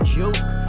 joke